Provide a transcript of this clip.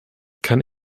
kann